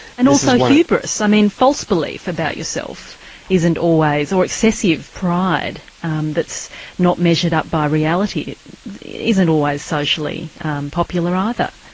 and also hubris, i mean false belief about yourself isn't always or excessive pride that's not measured up by reality isn't always socially popular either.